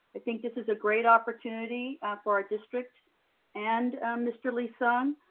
i think this is a great opportunity for our district and mr. lee-sung.